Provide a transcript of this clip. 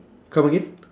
come again